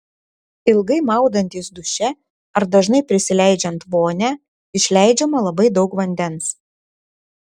ilgai maudantis duše ar dažnai prisileidžiant vonią išleidžiama labai daug vandens